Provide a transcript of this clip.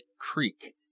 Creek